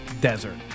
Desert